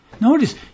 Notice